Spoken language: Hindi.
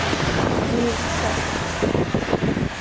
ये ई सब कित्